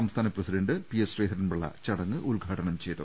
സംസ്ഥാന president P S ശ്രീധരൻപി ളള ചടങ്ങ് ഉദ്ഘാടനം ചെയ്തു